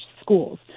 schools